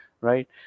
right